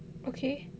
okay